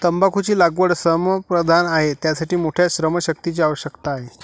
तंबाखूची लागवड श्रमप्रधान आहे, त्यासाठी मोठ्या श्रमशक्तीची आवश्यकता आहे